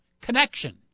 connection